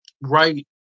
right